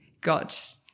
got